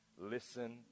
listen